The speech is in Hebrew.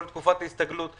לא לתקופת ההסתגלות,